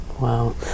wow